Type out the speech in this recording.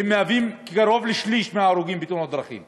שהם קרוב לשליש מההרוגים בתאונות דרכים.